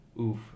Oof